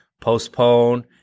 postpone